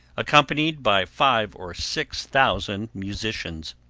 accompanied by five or six thousand musicians.